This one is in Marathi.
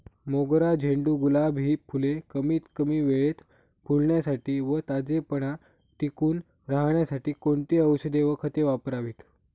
मोगरा, झेंडू, गुलाब हि फूले कमीत कमी वेळेत फुलण्यासाठी व ताजेपणा टिकून राहण्यासाठी कोणती औषधे व खते वापरावीत?